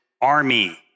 army